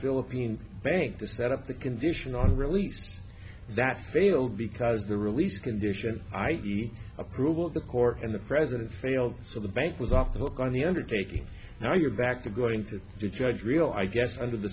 philippine bank to set up the condition on the release that failed because the release condition the approval of the court and the president failed so the bank was off the hook on the undertaking now you're back to going to judge real i guess under the